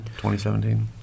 2017